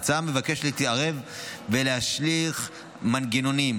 ההצעה מבקשת להתערב ולהשליך מנגנונים,